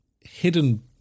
hidden